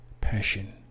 passion